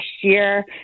year